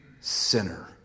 sinner